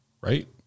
Right